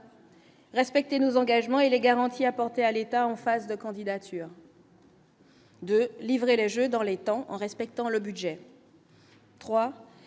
respecter nos engagements et les garanties apportées à l'État en face de candidature. De livrer les Jeux dans les temps en respectant le budget.